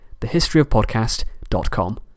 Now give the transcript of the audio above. thehistoryofpodcast.com